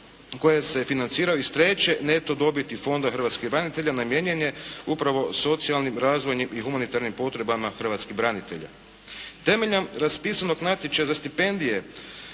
koje se financiraju iz treće neto dobiti Fonda hrvatskih branitelja namijenjen je upravo socijalnim, razvojnim i humanitarnim potrebama hrvatskih branitelja. Temeljem raspisanog natječaja za stipendije,